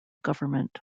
government